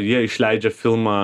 jie išleidžia filmą